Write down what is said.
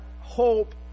hope